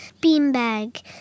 beanbag